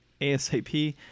ASAP